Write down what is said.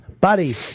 buddy